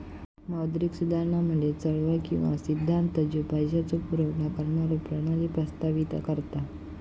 मौद्रिक सुधारणा म्हणजे चळवळ किंवा सिद्धांत ज्यो पैशाचो पुरवठा करणारो प्रणाली प्रस्तावित करता